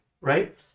right